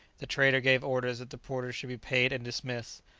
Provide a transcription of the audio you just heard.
the trader gave orders that the porters should be paid and dismissed.